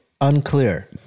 Unclear